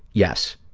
yes,